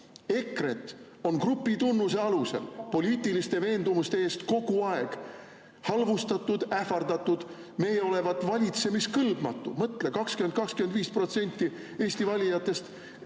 EKRE-t on grupitunnuse alusel poliitiliste veendumuste eest kogu aeg halvustatud, ähvardatud, meie olevat valitsemiskõlbmatud. Mõtle, 20–25% Eesti valijatest